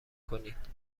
کنید